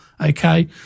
okay